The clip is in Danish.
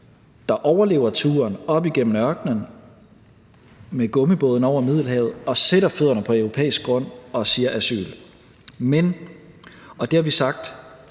der overlever turen op igennem ørkenen og med gummibåden over Middelhavet og sætter fødderne på europæisk grund og siger: Asyl. Men – og det har vi sagt